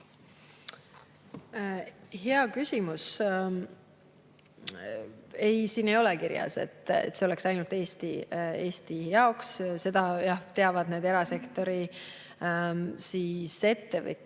Hea küsimus. Ei, siin ei ole kirjas, et see oleks ainult Eesti jaoks. Seda jah teavad need erasektori ettevõtjad.